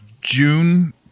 june